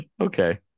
Okay